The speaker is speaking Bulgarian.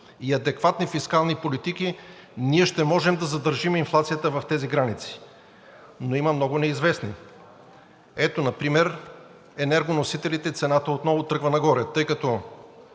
и адекватни фискални политики, ние ще можем да задържим инфлацията в тези граници. Но има много неизвестни. Ето например, на енергоносителите цената отново тръгва нагоре, тъй като